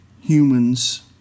humans